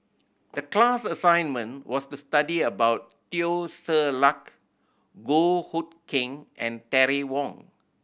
the class assignment was to study about Teo Ser Luck Goh Hood Keng and Terry Wong